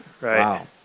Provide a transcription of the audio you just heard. Right